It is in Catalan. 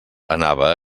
anava